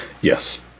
Yes